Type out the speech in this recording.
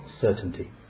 certainty